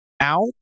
out